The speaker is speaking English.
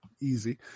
easy